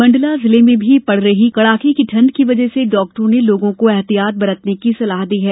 मंडला जिले में भी पड़ रही कड़ाके की ठण्ड की वजह से डाक्टरों ने लोगों को एहतियात बरतने की सलाह दी है